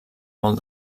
molt